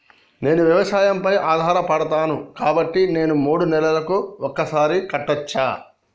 నేను వ్యవసాయం పై ఆధారపడతాను కాబట్టి నేను మూడు నెలలకు ఒక్కసారి కట్టచ్చా?